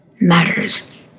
matters